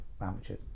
amateur